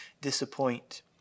disappoint